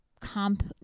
comp